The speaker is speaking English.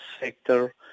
sector